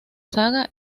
saga